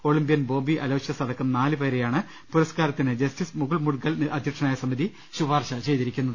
Olympian Bobby അലോഷ്യസടക്കം നാലു പേരെയാണ് പുരസ്കാരത്തിന് ജസ്റ്റിസ് മുകുൾ മുഡ്ഗൽ അധ്യക്ഷനായ സമിതി ശുപാർശ ചെയ്തിരിക്കുന്നത്